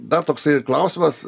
dar toksai klausimas